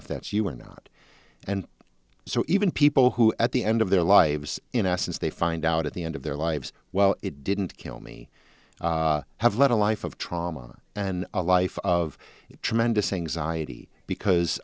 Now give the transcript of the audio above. if that's you or not and so even people who at the end of their lives in essence they find out at the end of their lives well it didn't kill me i have led a life of trauma and a life of tremendous anxiety because